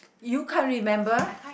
you can't remember